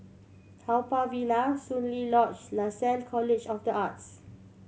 Haw Par Villa Soon Lee Lodge Lasalle College of The Arts